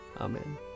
Amen